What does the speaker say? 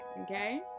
okay